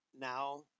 Now